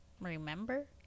Remember